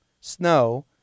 snow